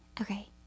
Okay